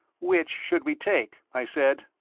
which should we take? i said.